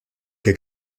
que